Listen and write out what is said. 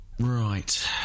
Right